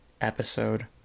episode